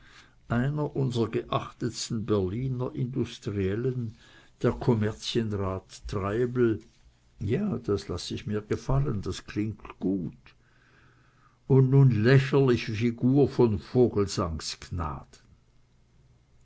einer unserer geachtetsten berliner industriellen der kommerzienrat treibel ja das laß ich mir gefallen das klingt gut und nun lächerliche figur von vogelsangs